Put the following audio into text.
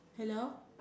hello